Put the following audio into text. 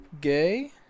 gay